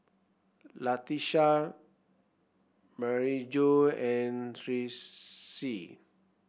Latesha Maryjo and Tressie